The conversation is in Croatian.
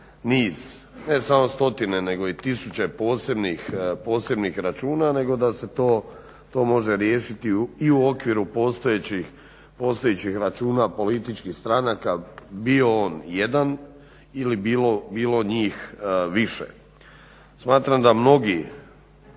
ne samo stotine nego i tisuće posebnih računa nego da se to može riješiti i u okviru postojećih računa političkih stranaka, bio on jedan ili bilo njih više. Smatram da mnogi,